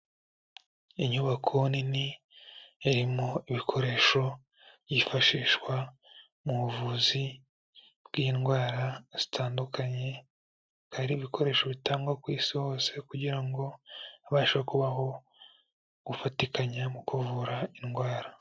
Inyubako nini irimo ibikoresho byifashishwa mu buvuzi bw'indwara zitandukanye, hari ibikoresho bitangwa ku isi hose, kugira ngo habashe kubaho gufatikanya mu kuvura indwara.